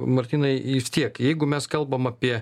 martynai vis tiek jeigu mes kalbam apie